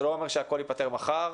זה לא אומר שהכול ייפתר מחר,